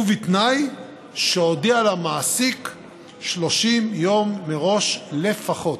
ובתנאי שהודיע למעסיק 30 יום מראש לפחות.